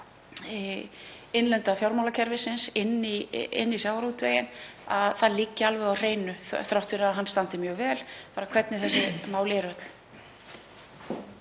innlenda fjármálakerfisins inn í sjávarútveginn, að það liggi alveg á hreinu, þrátt fyrir að hann standi mjög vel, hvernig þessi mál eru öll.